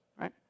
Right